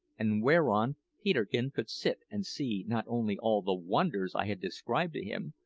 and whereon peterkin could sit and see not only all the wonders i had described to him,